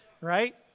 right